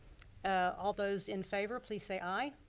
ah all those in favor please say aye.